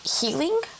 healing